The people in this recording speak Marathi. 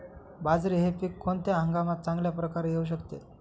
बाजरी हे पीक कोणत्या हंगामात चांगल्या प्रकारे येऊ शकते?